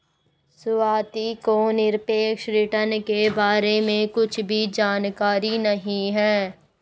स्वाति को निरपेक्ष रिटर्न के बारे में कुछ भी जानकारी नहीं है